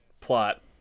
plot